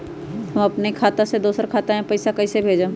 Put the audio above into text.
हम अपने खाता से दोसर के खाता में पैसा कइसे भेजबै?